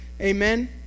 Amen